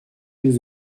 les